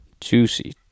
Juicy